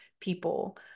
people